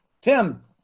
Tim